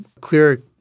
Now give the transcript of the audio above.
clear